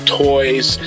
toys